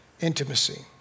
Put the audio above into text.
intimacy